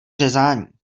řezání